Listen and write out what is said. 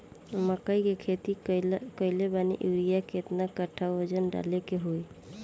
मकई के खेती कैले बनी यूरिया केतना कट्ठावजन डाले के होई?